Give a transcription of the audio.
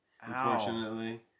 unfortunately